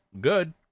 good